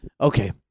Okay